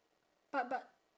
but but